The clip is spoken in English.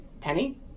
Penny